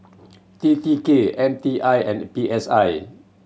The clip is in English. T T K M T I and P S I